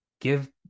give